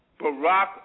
Barack